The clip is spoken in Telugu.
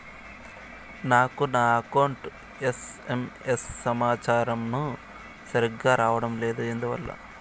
నాకు నా అకౌంట్ ఎస్.ఎం.ఎస్ సమాచారము సరిగ్గా రావడం లేదు ఎందువల్ల?